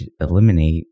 eliminate